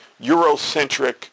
Eurocentric